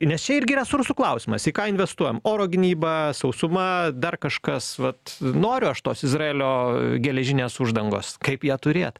nes čia irgi resursų klausimas į ką investuojam oro gynyba sausuma dar kažkas vat noriu aš tos izraelio geležinės uždangos kaip ją turėt